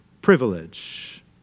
privilege